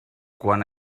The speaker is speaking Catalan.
quan